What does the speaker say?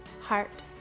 heart